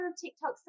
TikTok